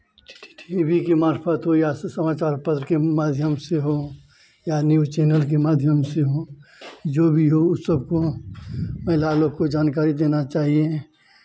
T V की मार्फ़त हुई आज से समाचार पत्र के माध्यम से हों या न्यूज़ चैनल के माध्यम से हों जो भी हो उस सब को महिला लोग को जानकारी देना चाहिए